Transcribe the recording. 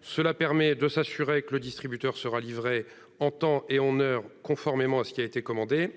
qui permet de s'assurer que le distributeur sera bien livré dans les temps et conformément à ce qu'il a commandé.